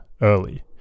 early